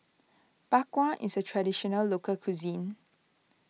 Bak Kwa is a Traditional Local Cuisine